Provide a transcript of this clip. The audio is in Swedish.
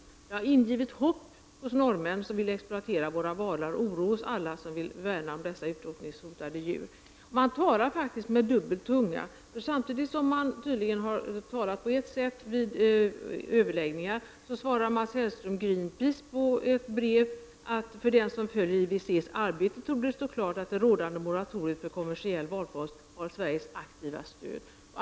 Yttrandet har ingivit hopp hos norrmän som vill exploatera valar och oroat oss alla som vill värna om dessa utrotningshotade djur. Man talar faktiskt med dubbel tunga. Man har tydligen talat på ett sätt vid överläggningar samtidigt som Mats Hellström som svar på ett brev från Greenpeace framhållit att det för den som följer IWCs arbete torde stå klart att det rådande moratoriet för kommersiell valfångst har Sveriges aktiva stöd.